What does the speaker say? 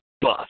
bus